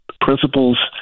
principles